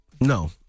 No